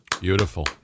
Beautiful